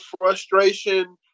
frustration